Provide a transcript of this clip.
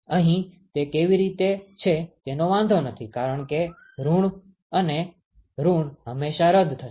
અહી તે કેવી રીતે છે તેનો વાંધો નથી કે કારણ કે ઋણ અને ઋણ હંમેશાં રદ્દ થશે